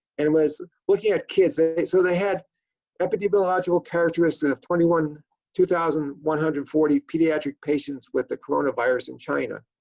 it was looking at kids and so they had epidemiological characteristics of twenty one two thousand, one hundred and forty pediatric patients with the corona virus in china.